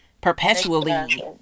perpetually